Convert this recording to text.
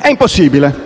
è impossibile.